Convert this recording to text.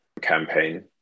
campaign